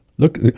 Look